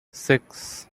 six